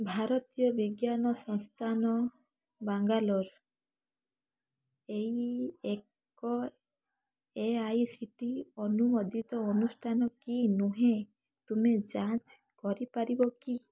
ଭାରତୀୟ ବିଜ୍ଞାନ ସଂସ୍ଥାନ ବାଙ୍ଗାଲୋର୍ ଏଇ ଏକ A I C T E ଅନୁମୋଦିତ ଅନୁଷ୍ଠାନ କି ନୁହେଁ ତୁମେ ଯାଞ୍ଚ କରିପାରିବ କି